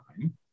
time